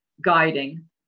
guiding